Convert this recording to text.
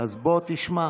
אז בוא תשמע.